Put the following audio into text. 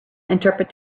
interpret